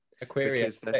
Aquarius